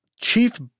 chief